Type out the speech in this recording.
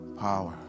power